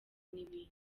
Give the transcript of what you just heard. n’ibindi